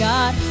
God